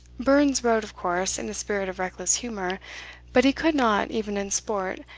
burns wrote, of course, in a spirit of reckless humour but he could not, even in sport,